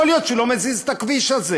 לא יכול להיות שהוא לא מזיז את הכביש הזה,